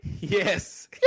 Yes